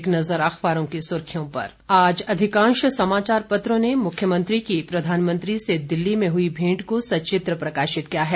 अब एक नजर अखबारों की सुर्खियों पर आज अधिकांश समाचार पत्रों ने मुख्यमंत्री की प्रधानमंत्री से दिल्ली में हुई भेंट को सचित्र प्रकाशित किया है